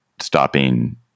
stopping